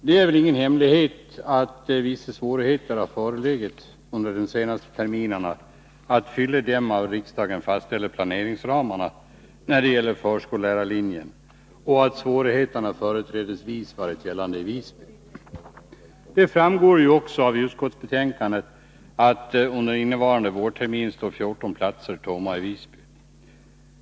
Det är väl ingen hemlighet att vissa svårigheter har förelegat under de senaste terminerna att fylla de av riksdagen fastställda planeringsramarna när det gäller förskollärarlinjen och att svårigheterna företrädesvis varit gällande i Visby. Det framgår också av utskottsbetänkandet att under innevarande vårtermin står 14 platser tomma i Visby.